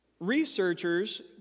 Researchers